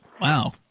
Wow